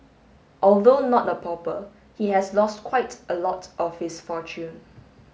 although not a pauper he has lost quite a lot of his fortune